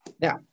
Now